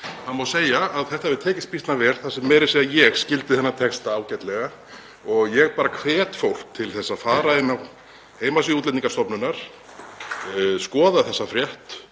Það má segja að þetta hafi tekist býsna vel þar sem meira að segja ég skildi þennan texta ágætlega og ég bara hvet fólk til að fara inn á heimasíðu Útlendingastofnunar og skoða þessa frétt.